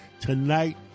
tonight